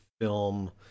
film